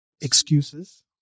Excuses